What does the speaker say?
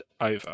over